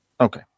Okay